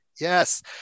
yes